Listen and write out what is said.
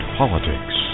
politics